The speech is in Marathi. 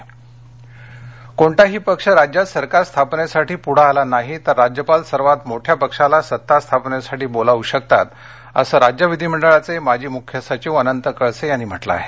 अनंत कळसे कोणताही पक्ष राज्यात सरकार स्थापनेसाठी पूढे आला नाही तर राज्यपाल सर्वात मोठ्या पक्षाला सत्तास्थापनेसाठी बोलावू शकतात असं राज्य विधीमंडळाचे माजी मुख्य सचिव अनंत कळसे यांनी म्हटलं आहे